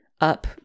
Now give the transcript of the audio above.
up